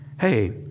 hey